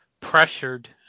pressured